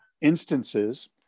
instances